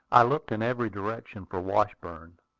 i looked in every direction for washburn,